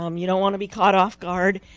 um you don't want to be caught off-guard.